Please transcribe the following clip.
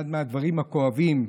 אחד מהדברים הכואבים,